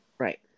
Right